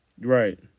Right